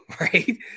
right